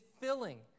filling